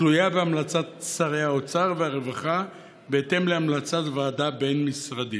התלויה בהמלצת שרי האוצר והרווחה בהתאם להמלצת ועדה בין-משרדית.